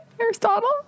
Aristotle